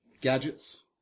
Gadgets